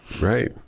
right